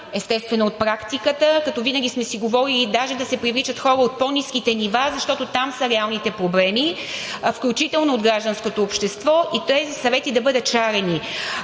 естествено от практиката, като винаги сме си говорили даже да се привличат хора от по-ниските нива, защото там са реалните проблеми, включително от гражданското общество и тези съвети да бъдат шарени.